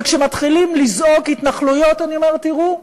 וכשמתחילים לזעוק "התנחלויות", אני אומרת: תראו,